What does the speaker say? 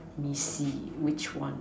me see which one